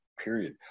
period